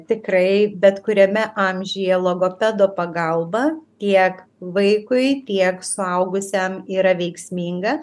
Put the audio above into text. tikrai bet kuriame amžiuje logopedo pagalba tiek vaikui tiek suaugusiam yra veiksminga